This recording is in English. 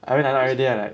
everyday I like